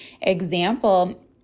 example